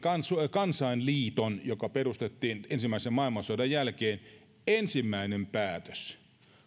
kansainliiton joka perustettiin ensimmäisen maailmansodan jälkeen ensimmäinen päätös